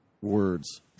words